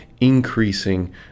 increasing